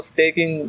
taking